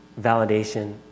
validation